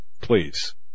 please